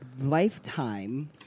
lifetime